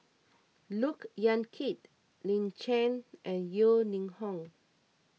Look Yan Kit Lin Chen and Yeo Ning Hong